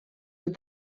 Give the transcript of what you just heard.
with